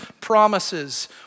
promises